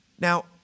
Now